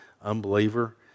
unbeliever